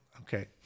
okay